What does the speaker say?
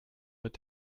mit